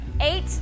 eight